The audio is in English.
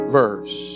verse